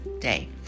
day